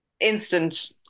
instant